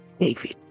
David